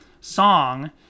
song